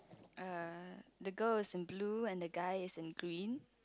err the girl is in blue and the guy is in green